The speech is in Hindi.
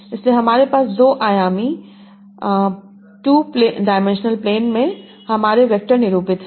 इसलिए हमारे पास दो आयामी प्लेन में हमारे वैक्टर निरूपित हैं